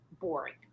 boring